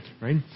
right